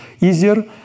easier